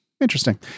Interesting